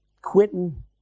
quitting